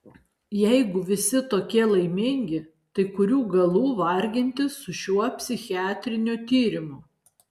jeigu visi tokie laimingi tai kurių galų vargintis su šiuo psichiatriniu tyrimu